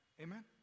Amen